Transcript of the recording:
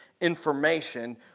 information